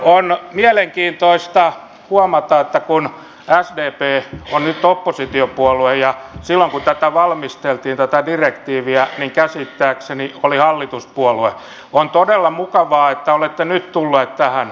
on todella mukavaa huomata että kun sdp on nyt oppositiopuolue silloin kun tätä direktiiviä valmisteltiin se käsittääkseni oli hallituspuolue olette nyt tulleet tähän näkymään